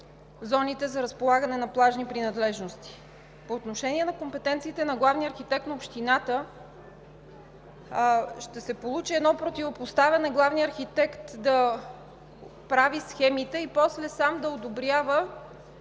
зоните за разполагане на плажни принадлежности. По отношение на компетенциите на главния архитект на общината ще се получи едно противопоставяне, ако главният архитект прави схемите, а после сам одобрява